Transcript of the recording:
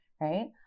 Right